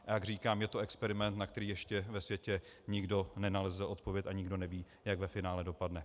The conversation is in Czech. A jak říkám, je to experiment, na který ještě ve světě nikdo nenalezl odpověď, a nikdo neví, jak ve finále dopadne.